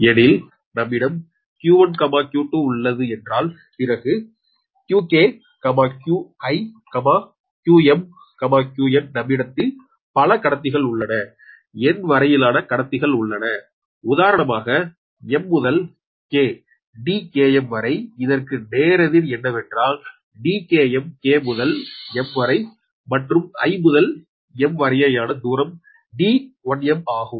எனில் நம்மிடம் q1 q2 உள்ளது என்றல் பிறகு qk qi qm qn நம்மிடம் பல கடத்திகள் உள்ளன n வரையிலான கடத்திகல் உள்ளன உதாரணமாக m முதல் k Dkm வரை இதற்கு நேரெதிர் என்னவென்றால் Dkm k முதல் m வரை மற்றும் I முதல் m வரையேயான தூரம் Dim ஆகும்